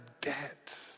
debt